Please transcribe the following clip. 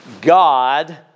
God